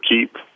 keep